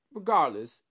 regardless